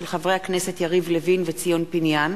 של חברי הכנסת יריב לוין וציון פיניאן,